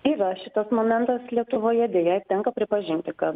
yra šitas momentas lietuvoje deja tenka pripažinti kad